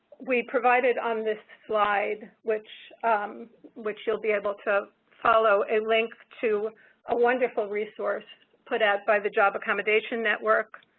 we provided on this slide, which which you will be able to follow him link to a wonderful resource put out by the job accommodation network,